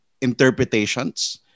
interpretations